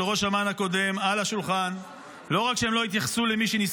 על השולחן של ראש אמ"ן הקודם.